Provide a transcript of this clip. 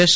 S